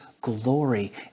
glory